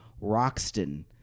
roxton